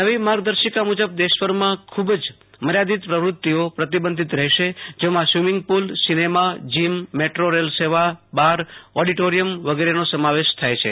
નવી માર્ગદર્શિકા મુજબ દેશભરમાં ખૂબ જ મર્યાદિત પ્રવૃત્તિઓ પ્રતિબંધિત રહેશે જેમાં સ્વિમિંગ પૂલસિનેમાજીમમેટ્રો રેલ સેવાબારઓડિટોરિયમ વગેરેનો સમાવેશ થાય છે